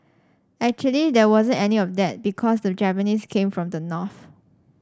actually there wasn't any of that because the Japanese came from the north